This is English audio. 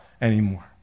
anymore